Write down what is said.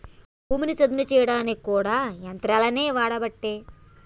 భూమిని చదును చేయడానికి కూడా యంత్రాలనే వాడబట్టే